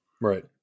Right